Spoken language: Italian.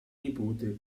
nipote